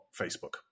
Facebook